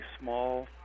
small